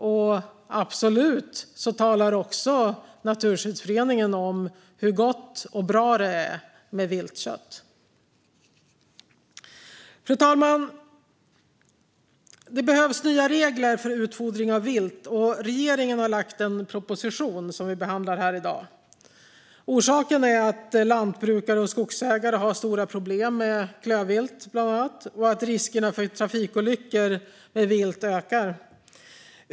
Naturskyddsföreningen talar absolut också om hur gott och bra det är med viltkött. Fru talman! Det behövs nya regler för utfodring av vilt. Regeringen har lagt fram en proposition som vi behandlar här i dag. Orsaken är att lantbrukare och skogsägare har stora problem med bland annat klövvilt, och riskerna för trafikolyckor med vilt ökar.